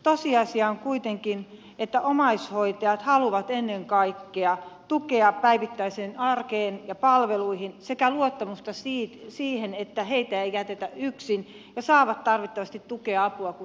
tosiasia on kuitenkin että omaishoitajat haluavat ennen kaikkea tukea päivittäiseen arkeen ja palveluihin sekä luottamusta siihen että heitä ei jätetä yksin ja he saavat tarvittavasti tukea ja apua kun he sitä tarvitsevat